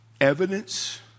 evidence